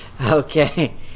Okay